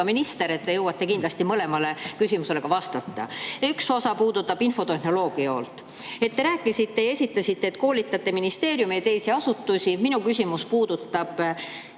minister, te jõuate kindlasti mõlemale küsimusele vastata. Üks osa puudutab infotehnoloogia poolt. Te rääkisite, et koolitate ministeeriume ja teisi asutusi. Minu küsimus puudutab